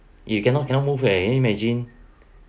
you cannot cannot move eh imagine